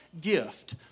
gift